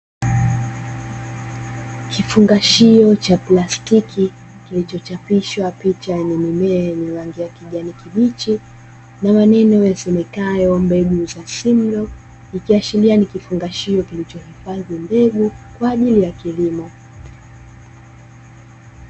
Kifungashio cha plastiki kilichochapishwa picha yenye mimea yenye rangi ya kijani kibichi na maneno yasomekayo mbegu za "Simlaw", ikiashiria ni kifungashio kilichohifadhi mbegu kwa ajili ya kilimo.